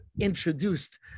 introduced